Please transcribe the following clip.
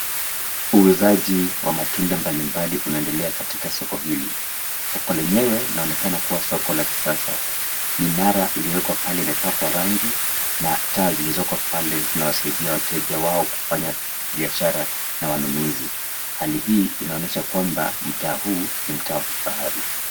Uuzaji wa matunda mbalimbali unaendelea katika soko hili. Soko lenyewe linaonekana kuwa soko la kisasa. Minara iliyowekwa pale imepakwa rangi na taa zilizoko pale zinawasaidia wateja wao kufanya biashara na wanunuzi, hali hii inaonyesha kwamba mtaa huu ni mtaa wa kifahari.